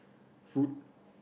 food